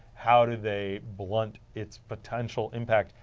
how do they blunt its potential impact?